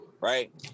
right